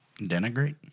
Denigrate